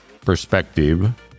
perspective